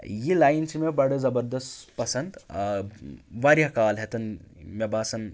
یہِ لایِن چھِ مےٚ بَڈٕ زبردس پَسنٛد واریاہ کال ہٮ۪تَن مےٚ باسان